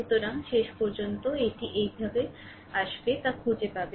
সুতরাং শেষ পর্যন্ত এটি এইভাবে আসবে তা খুঁজে পাবে